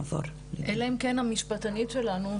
אלא אם כן המשפטנית שלנו,